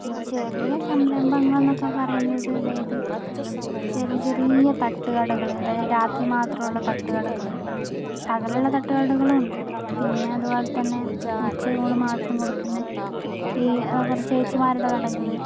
ഈ ചെറിയ സംരംഭങ്ങൾ എന്നൊക്കെ പറയുന്നത് അതായത് ചെറിയ ചെറിയ തട്ടുകടകൾ അതായത് രാത്രി മാത്രമുള്ള തട്ടുകടകൾ പകലുള്ള തട്ടുകടകളും ഉണ്ട് പിന്നെ അതുപോലെത്തന്നെ ഉച്ചയൂണ് മാത്രം കൊടുക്കുന്നത് ഈ കുറച്ച് ചേച്ചിമാരുടെ കടകൾ